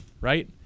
right